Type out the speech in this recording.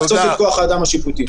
להקצות את כוח האדם השיפוטי.